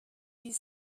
huit